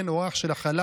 בן או אח של החלל,